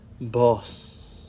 boss